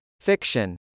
Fiction